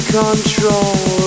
control